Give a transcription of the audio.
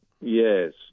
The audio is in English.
Yes